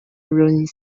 ruins